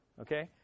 Okay